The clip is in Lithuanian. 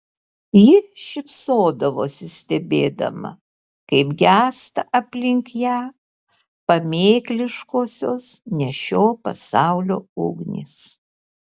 ji šypsodavosi stebėdama kaip gęsta aplink ją pamėkliškosios ne šio pasaulio ugnys